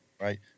right